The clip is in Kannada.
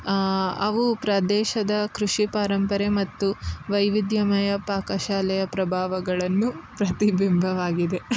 ಅವು ಪ್ರದೇಶದ ಕೃಷಿ ಪರಂಪರೆ ಮತ್ತು ವೈವಿಧ್ಯಮಯ ಪಾಕಶಾಲೆಯ ಪ್ರಭಾವಗಳನ್ನು ಪ್ರತಿಬಿಂಬವಾಗಿದೆ